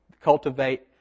cultivate